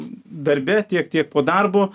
darbe tiek tiek po darbo